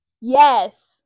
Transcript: yes